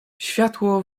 światło